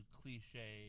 cliche